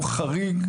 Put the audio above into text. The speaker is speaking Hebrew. הוא חריג,